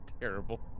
terrible